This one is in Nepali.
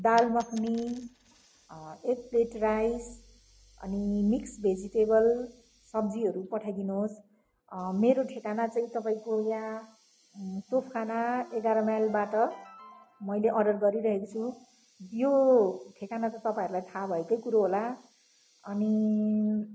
दाल मखनी एक प्लेट राइस अनि मिक्स भेजिटेबल सब्जीहरू पठाइदिनु होस् मेरो ठेकाना चाहिँ तपाईँको यहाँ तोपखाना एघार माइलबाट मैले अर्डर गरिरहेकी छु यो ठेकाना त तपाईँहरूलाई थाहा भएकै कुरो होला अनि